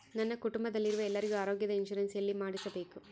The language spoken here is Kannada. ನನ್ನ ಕುಟುಂಬದಲ್ಲಿರುವ ಎಲ್ಲರಿಗೂ ಆರೋಗ್ಯದ ಇನ್ಶೂರೆನ್ಸ್ ಎಲ್ಲಿ ಮಾಡಿಸಬೇಕು?